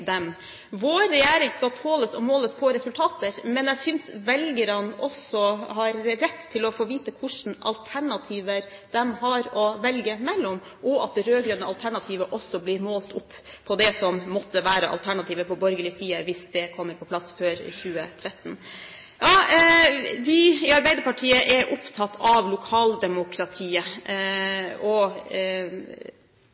dem. Vår regjering skal tåles og måles på resultater, men jeg synes velgerne har rett til å få vite hvilke alternativer de har, og at det rød-grønne alternativet også bør blir målt opp mot det som måtte være av alternativer på borgerlig side – hvis det kommer på plass før 2013. Vi i Arbeiderpartiet er opptatt av lokaldemokratiet